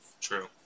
True